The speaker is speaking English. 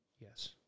Yes